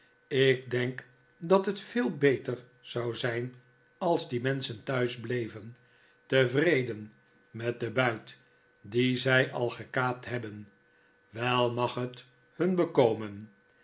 ik denk dat het veel beter zou zijn als die menschen thuis bleven tevreden met den buit dien zij al gekaapt hebben wel mag het hun